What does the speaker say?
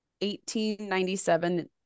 1897